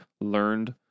learned